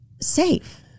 safe